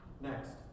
next